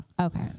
Okay